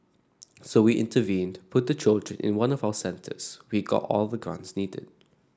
so we intervened put the children in one of our centres we got all the grants needed